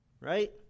right